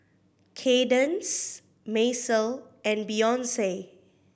Kaydence Macel and Beyonce